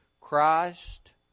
Christ